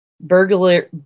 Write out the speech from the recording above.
burglar